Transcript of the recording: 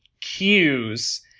cues